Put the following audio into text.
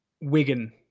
Wigan